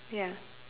ya